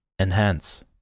Enhance